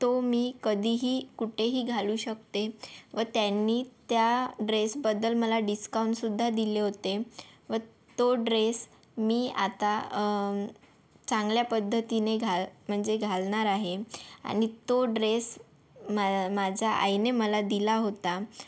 तो मी कधीही कुठेही घालू शकते व त्यांनी त्या ड्रेसबद्दल मला डिस्काउंटसुद्धा दिले होते व तो ड्रेस मी आता चांगल्या पद्धतीने घाल म्हणजे घालणार आहे आणि तो ड्रेस मा माझ्या आईने मला दिला होता